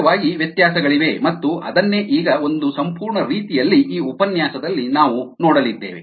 ಸಹಜವಾಗಿ ವ್ಯತ್ಯಾಸಗಳಿವೆ ಮತ್ತು ಅದನ್ನೇ ಈಗ ಒಂದು ಸಂಪೂರ್ಣ ರೀತಿಯಲ್ಲಿ ಈ ಉಪನ್ಯಾಸದಲ್ಲಿ ನಾವು ನೋಡಲಿದ್ದೇವೆ